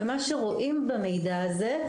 ומה שרואים במידע הזה,